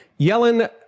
Yellen